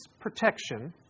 protection